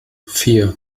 vier